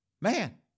man